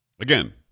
Again